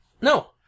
No